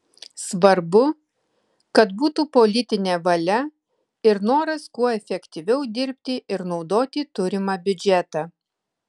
svarbu kad būtų politinė valia ir noras kuo efektyviau dirbti ir naudoti turimą biudžetą